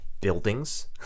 buildings